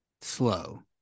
slow